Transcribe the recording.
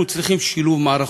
אנחנו צריכים שילוב מערכות,